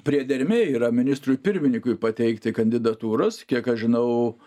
priedermė yra ministrui pirmininkui pateikti kandidatūras kiek aš žinau